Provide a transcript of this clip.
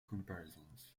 comparisons